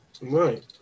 Right